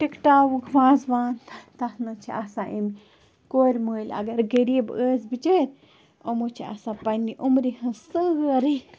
ٹِکہٕ ٹاوُک وازٕوان تَتھ منٛز چھِ آسان أمۍ کورِ مٲل اگر غریٖب ٲسۍ بِچٲرۍ یِمَو چھِ آسان پَنٛنہِ عُمرِ ہٕنٛز سٲرٕے